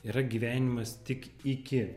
yra gyvenimas tik iki